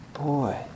Boy